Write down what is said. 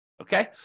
Okay